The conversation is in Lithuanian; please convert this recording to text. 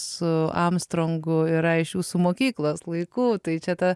su armstrongu yra iš jūsų mokyklos laikų tai čia ta